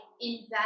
invest